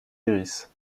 iris